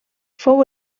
fou